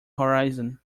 horizon